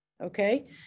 okay